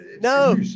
no